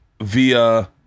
via